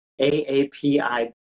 AAPI